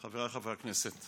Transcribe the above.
חבריי חברי הכנסת,